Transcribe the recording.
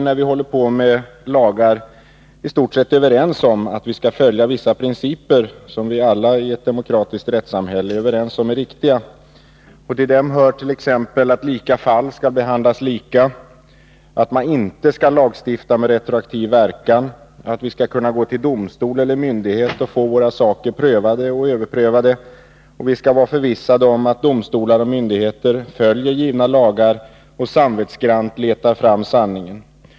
När vi håller på med lagar är vi i stort sett överens om att följa vissa principer, som vi alla i ett demokratiskt rättssamhälle är överens om är riktiga. Till dem hör t.ex. att lika fall skall behandlas lika, att man inte skall lagstifta med retroaktiv verkan, att vi skall kunna gå till domstol eller myndigheter och få våra ärenden prövade och överprövade och vara förvissade om att domstolar och myndigheter följer givna lagar och samvetsgrant letar fram sanningen.